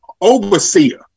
overseer